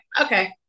okay